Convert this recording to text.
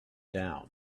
down